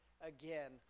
again